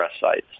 sites